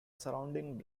surrounding